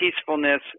peacefulness